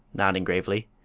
nodding gravely.